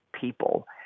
people